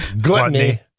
gluttony